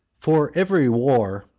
for every war,